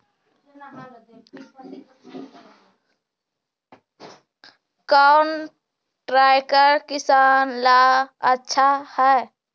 कौन ट्रैक्टर किसान ला आछा है?